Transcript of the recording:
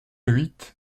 huit